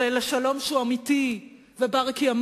אלא לשלום שהוא אמיתי ובר-קיימא,